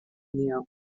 neill